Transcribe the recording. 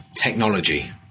technology